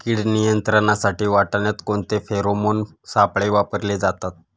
कीड नियंत्रणासाठी वाटाण्यात कोणते फेरोमोन सापळे वापरले जातात?